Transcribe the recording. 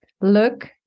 Look